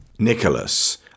Nicholas